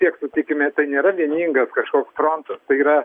tiek sutikime tai nėra vieningas kažkoks frontas tai yra